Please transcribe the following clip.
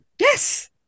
Yes